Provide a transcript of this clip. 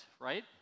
right